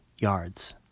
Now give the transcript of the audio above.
yards